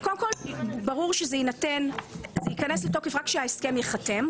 קודם כל ברור שזה יכנס לתוקף רק כשההסכם ייחתם,